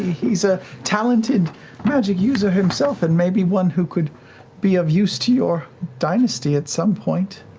he's a talented magic user himself, and maybe one who could be of use to your dynasty at some point.